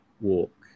walk